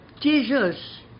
Jesus